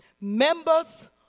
Members